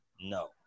No